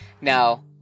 Now